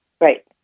Right